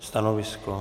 Stanovisko?